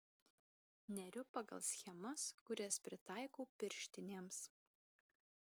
neriu pagal schemas kurias pritaikau pirštinėms